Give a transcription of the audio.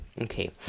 Okay